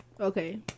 Okay